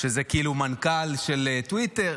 שזה כאילו מנכ"ל של טוויטר,